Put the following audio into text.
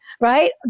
right